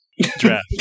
draft